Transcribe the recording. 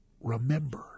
Remember